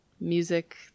music